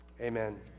Amen